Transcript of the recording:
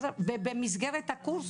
במסגרת הקורס